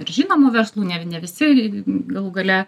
ir žinomų verslų ne ne visi galų gale